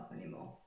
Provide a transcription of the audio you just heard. anymore